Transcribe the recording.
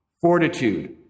fortitude